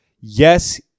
Yes